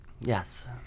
Yes